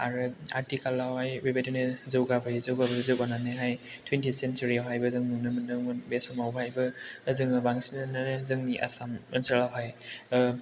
आरो आथिखालावहाय बेबायदिनो जौगाबोयै जौगाबोयै जौगाबोनानैहाय टुवेन्टी सेनसुरियावहायबो जों नुनो मोनदोंमोन बे समावहायबो जों बांसिनानो जोंनि आसाम ओनसोलावहाय